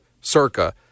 circa